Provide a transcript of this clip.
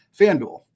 fanduel